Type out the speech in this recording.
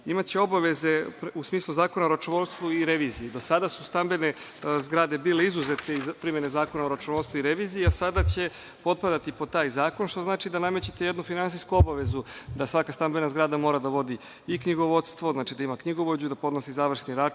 imaće obaveze u smislu Zakona o računovodstvu i reviziji. Do sada su stambene zgrade bile izuzete iz primene Zakona o računovodstvu i reviziji, a sada će potpadati pod taj zakon, što znači da namećete jednu finansijsku obavezu da svaka stambena zgrada mora da vodi i knjigovodstvo, znači da ima knjigovođu i da podnosi završni račun,